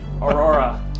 Aurora